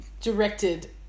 Directed